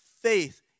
faith